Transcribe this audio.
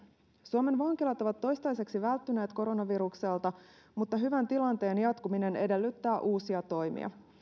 suomen vankilat ovat toistaiseksi välttyneet koronavirukselta mutta hyvän tilanteen jatkuminen edellyttää uusia toimia